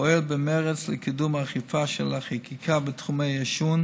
פועל במרץ לקידום האכיפה של החקיקה בתחום העישון